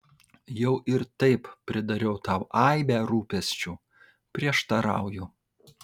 jau ir taip pridariau tau aibę rūpesčių prieštarauju